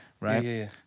Right